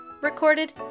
recorded